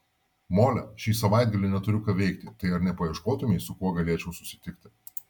mole šį savaitgalį neturiu ką veikti tai ar nepaieškotumei su kuo galėčiau susitikti